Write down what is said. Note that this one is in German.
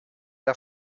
der